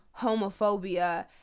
homophobia